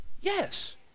Yes